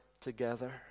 together